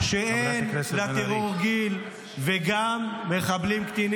השאלה היא אם תגרשו את המשפחה של בן גביר.